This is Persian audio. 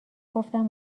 گفتم